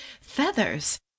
feathers